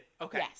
Okay